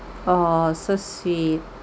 !aww! so sweet